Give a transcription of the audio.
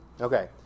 Okay